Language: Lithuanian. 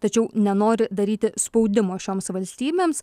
tačiau nenori daryti spaudimo šioms valstybėms